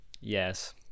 Yes